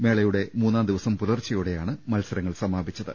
മേളയുടെ മൂന്നാം ദിവസം പുലർച്ചെയോടെ യാണ് മത്സരങ്ങൾ സമാപിച്ചത്